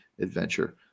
adventure